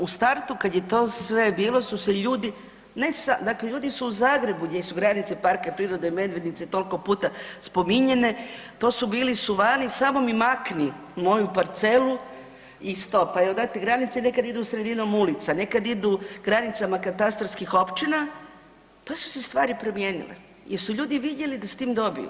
U startu kad je to sve bilo su se ljudi ne samo, dakle ljudi su u Zagrebu gdje su granice parka prirode Medvednice tolko puta spominjene, to su bili suvani samo mi makni moju parcelu i … [[Govornik se ne razumije]] granice nekad idu sredinom ulica, nekad idu granicama katastarskih općina, pa su se stvari promijenile jel su ljudi vidjeli da s tim dobiju.